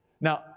Now